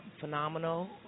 phenomenal